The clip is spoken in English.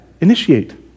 Initiate